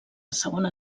segona